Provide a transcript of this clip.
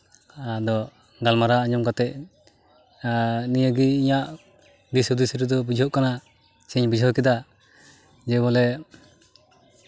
ᱟᱫᱚ ᱜᱟᱞᱢᱟᱨᱟᱣ ᱟᱸᱡᱚᱢ ᱠᱟᱛᱮᱫ ᱱᱤᱭᱟᱹ ᱜᱮ ᱤᱧᱟᱹᱜ ᱫᱤᱥ ᱦᱩᱫᱤᱥ ᱨᱮᱫᱚ ᱵᱩᱡᱷᱟᱹᱜ ᱠᱟᱱᱟ ᱥᱮᱧ ᱵᱩᱡᱷᱟᱹᱣ ᱠᱮᱫᱟ ᱡᱮ ᱵᱚᱞᱮ